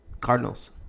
Cardinals